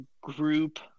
group